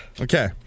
Okay